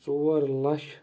ژور لَچھ